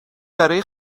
برای